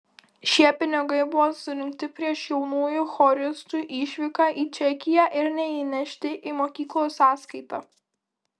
šie pinigai buvo surinkti prieš jaunųjų choristų išvyką į čekiją ir neįnešti į mokyklos sąskaitą